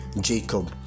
Jacob